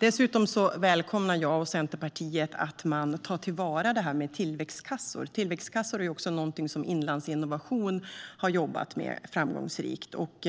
Dessutom välkomnar jag och Centerpartiet att man tar till vara detta med tilläggskassor. Tilläggskassor är också någonting som Inlandsinnovation har jobbat framgångsrikt med och